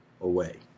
away